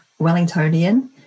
wellingtonian